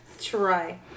Try